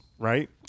Right